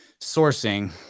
sourcing